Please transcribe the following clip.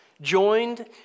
joined